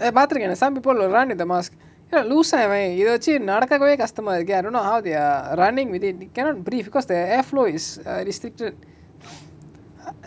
eh பாத்திருக்க நா:paathiruka na some people are run with the mask என்ன:enna loose ah இவன் இத வச்சு நடக்கவே கஷ்டமா இருக்கு:ivan itha vachu nadakave kastama iruku I don't know how they are running with it cannot breathe because the airflow is err restricted